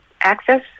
access